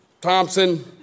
Thompson